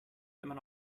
immer